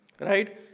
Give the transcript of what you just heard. Right